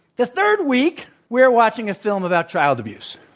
the third week we're watching a film about child abuse.